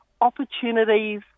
opportunities